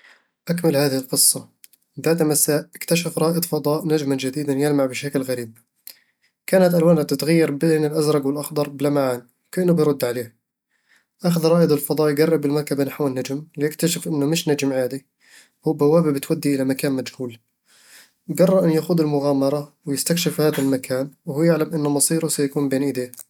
أكمل هذه القصة: ذات مساء، اكتشف رائد فضاء نجمًا جديدًا يلمع بشكل غريب. كانت ألوانه تتغير بين الأزرق والأخضر بلمعان، وكأنه بيرد عليه أخذ رائد الفضاء يقرب المركبة نحو النجم، ليكتشف أنه مش نجم عادي، هو بوابة بتودي إلى مكان مجهول قرر أن يخوض المغامرة ويستكشف هذا المكان ، وهو يعلم أن مصيره سيكون بين ايديه